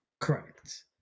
Correct